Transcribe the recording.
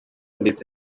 ndetse